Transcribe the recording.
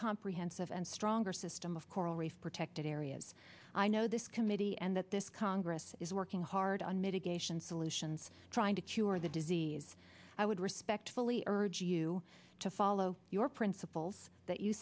comprehensive and stronger system of coral reef protected areas i know this committee and that this congress is working hard on mitigation solutions trying to cure the disease i would respectfully urge you to follow your principles that you